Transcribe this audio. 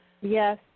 Yes